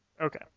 Okay